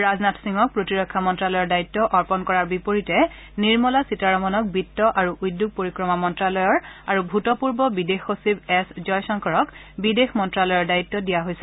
ৰাজনাথ সিঙক প্ৰতিৰক্ষা মন্তালয়ৰ দায়িত্ব অৰ্পণ কৰাৰ বিপৰীতে নিৰ্মলা সীতাৰমনক বিত্ত আৰু উদ্যোগ পৰিক্ৰমা মন্তালয়ৰ আৰু ভূতপুৰ্ব বিদেশ সচিব এছ জয়শংকৰক বিদেশ মন্ত্ৰালয়ৰ দায়িত্ব দিয়া হৈছে